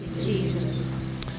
Jesus